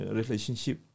relationship